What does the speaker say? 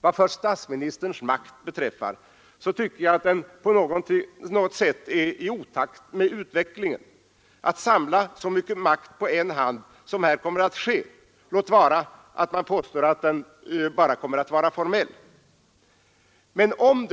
Vad först statsministerns makt beträffar tycker jag att det på något sätt är i otakt med utvecklingen att samla så mycken makt på en hand som här kommer att ske, låt vara att man påstår att denna makt bara kommer att vara formell. Men om